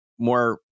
more